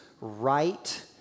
right